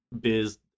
biz